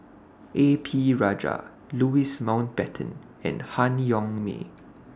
A P Rajah Louis Mountbatten and Han Yong May